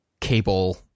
cable